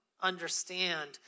understand